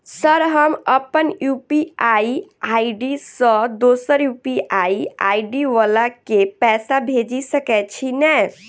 Sir हम अप्पन UPI ID सँ दोसर यु.पी.आई आई.डी वला केँ पैसा भेजि सकै छी नै?